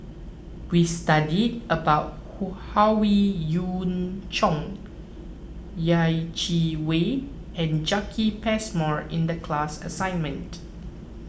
we studied about Howe Yoon Chong Yeh Chi Wei and Jacki Passmore in the class assignment